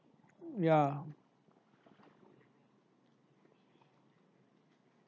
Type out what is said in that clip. ya